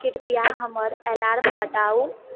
कृपया हमर अलार्म हटाउ